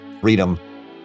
freedom